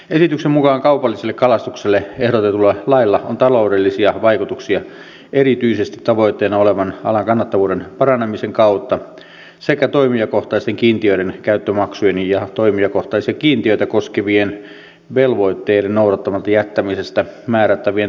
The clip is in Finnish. esityksen mukaan kaupalliselle kalastukselle ehdotetulla lailla on taloudellisia vaikutuksia erityisesti tavoitteena olevan alan kannattavuuden paranemisen kautta sekä toimijakohtaisten kiintiöiden käyttömaksujen ja toimijakohtaisia kiintiöitä koskevien velvoitteiden noudattamatta jättämisestä määrättävien rikkomusmaksujen muodossa